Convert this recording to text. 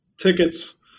tickets